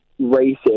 racist